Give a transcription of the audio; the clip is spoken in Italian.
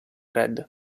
red